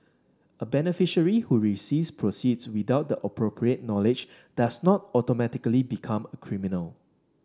a beneficiary who receives proceeds without the appropriate knowledge does not automatically become a criminal